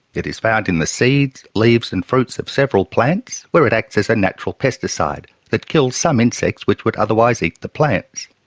it is found in the seeds, leaves and fruits of several plants where it acts as a natural pesticide that kills some insects which would otherwise eat the plants.